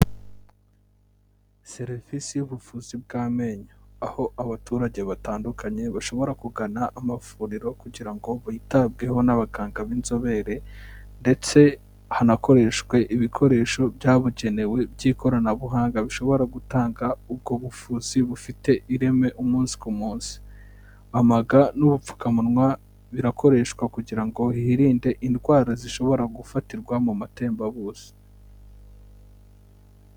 Serivisi y'ubuvuzi bw'amenyo, aho abaturage batandukanye bashobora kugana amavuriro kugira ngotabweho n'abaganga b'inzobere ndetse hanakoreshwe ibikoresho byabugenewe by'ikoranabuhanga bishobora gutanga ubwo bufuzi bufite ireme umunsi ku munsi. Ama ga n'ubupfukamunwa birakoreshwa kugira ngo hirinde indwara zishobora gufatirwa mu matembabuzi.